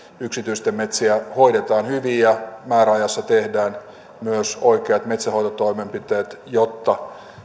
yksityisten metsiä hoidetaan hyvin ja määräajassa tehdään myös oikeat metsänhoitotoimenpiteet jotta